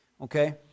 okay